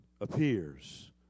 appears